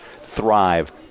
thrive